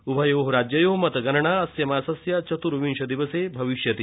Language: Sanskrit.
उभयोः राज्ययोः मतगणना अस्य मासस्य चत्विंश दिवसे भविष्यति